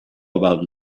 about